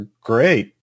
great